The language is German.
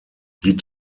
die